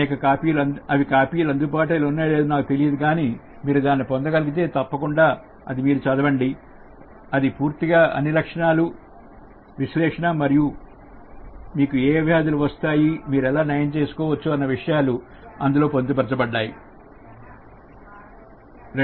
కొత్త కాపీలు అందుబాటులో ఉన్నాయో లేదో నాకు తెలియదు కానీ మీరు దాన్ని పొందగలిగితే అది పూర్తిగా అన్ని లక్షణాలు విశ్లేషణ మరియు మీకు ఏ ఏ వ్యాధులు వస్తాయి మీరు ఎలా నయం చేసుకోవచ్చు అన్న విషయాలు తెలుసుకోగలరు తెలుసుకుంటారు